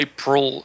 April